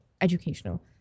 educational